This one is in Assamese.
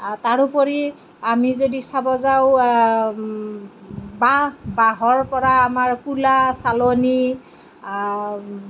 আৰু তাৰোপৰি আমি যদি চাব যাওঁ বাঁহ বাঁহৰ পৰা আমাৰ কুলা চালনি